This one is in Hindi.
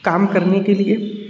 काम करने के लिए